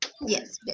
Yes